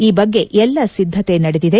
ಈ ಬಗ್ಗೆ ಎಲ್ಲ ಸಿದ್ದತೆ ನಡೆದಿದೆ